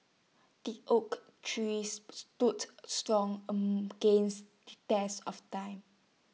the oak tree stood strong against the test of time